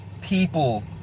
People